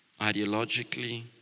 Ideologically